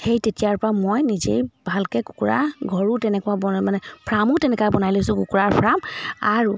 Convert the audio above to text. সেই তেতিয়াৰ পৰা মই নিজেই ভালকৈ কুকুৰা ঘৰো তেনেকুৱা বন মানে ফাৰ্মো তেনেকুৱা বনাই লৈছোঁ কুকুৰাৰ ফাৰ্ম আৰু